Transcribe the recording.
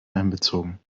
einbezogen